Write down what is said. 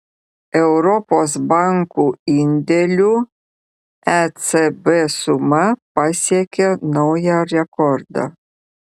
europos bankų indėlių ecb suma pasiekė naują rekordą